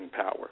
power